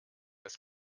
als